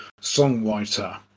songwriter